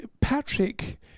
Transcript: patrick